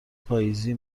پاییزی